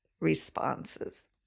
responses